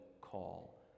call